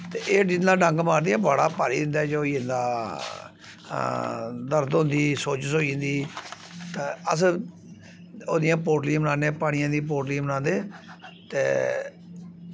ते एह् जिन्ना डंग मारदियां बड़ा भारी इं'दे च होई जंदा दर्द होंदी सोजिश होई जन्दी ते अस ओह्दियां पोटली बनान्ने पानियै दी पोटली बनांदे ते